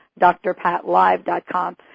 drpatlive.com